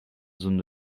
zone